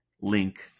link